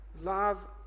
Love